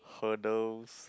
hurdles